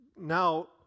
now